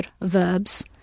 verbs